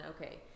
okay